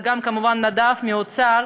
וגם כמובן לנדב מהאוצר,